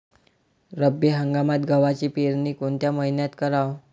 रब्बी हंगामात गव्हाची पेरनी कोनत्या मईन्यात कराव?